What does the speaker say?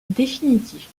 définitif